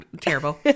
Terrible